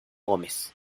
gómez